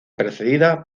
precedida